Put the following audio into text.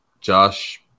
Josh